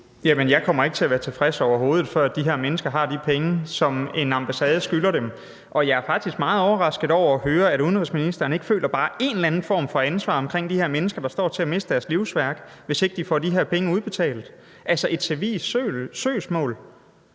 Jeg kommer ikke til at være tilfreds overhovedet, før de her mennesker har de penge, som en ambassade skylder dem, og jeg er faktisk meget overrasket over at høre, at udenrigsministeren ikke føler bare en eller anden form for ansvar for de her mennesker, der står til at miste deres livsværk, hvis ikke de får de her penge udbetalt. Altså, et civilt søgsmål?